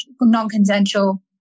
non-consensual